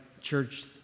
church